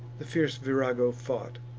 the fierce virago fought,